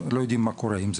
יודעים מה קורה עם זה,